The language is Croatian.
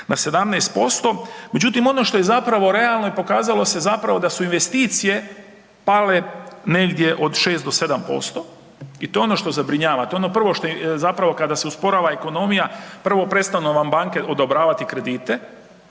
na 17%, međutim ono što je zapravo realno i pokazalo se zapravo da su investicije pale negdje od 6 do 7% i to je ono što zabrinjava. To je ono prvo što zapravo kada se usporava ekonomija prvo prestanu vam banke odobravati kredite,